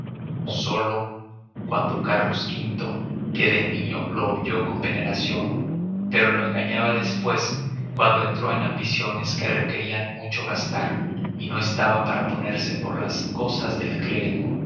solo cuando carlos v que de niño lo oyó con veneración pero lo engañaba después cuando entró en ambiciones que requerían mucho gastar y no estaba para ponerse por las cosas del clérigo